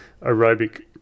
aerobic